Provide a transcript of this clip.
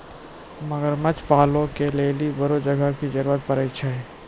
मगरमच्छ पालै के लेली बड़ो जगह के जरुरत पड़ै छै